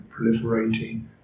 proliferating